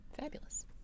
fabulous